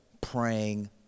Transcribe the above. praying